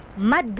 my